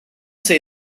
say